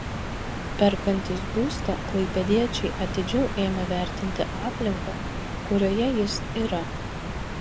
perkantys būstą klaipėdiečiai atidžiau ėmė vertinti aplinką kurioje jis yra